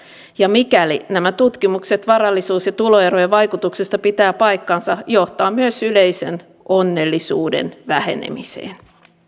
ja mikäli nämä tutkimukset varallisuus ja tuloerojen vaikutuksista pitävät paikkansa johtaa se myös yleisen onnellisuuden vähenemiseen